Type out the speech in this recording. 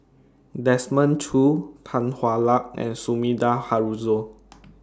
Desmond Choo Tan Hwa Luck and Sumida Haruzo